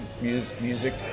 music